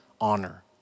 honor